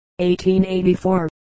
1884